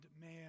man